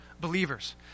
believers